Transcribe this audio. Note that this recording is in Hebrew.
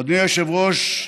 אדוני היושב-ראש,